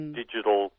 digital